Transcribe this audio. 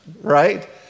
right